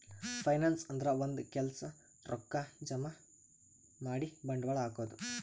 finance ಅಂದ್ರ ಒಂದ್ ಕೆಲ್ಸಕ್ಕ್ ರೊಕ್ಕಾ ಜಮಾ ಮಾಡಿ ಬಂಡವಾಳ್ ಹಾಕದು